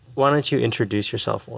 why don't you introduce yourself?